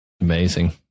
Amazing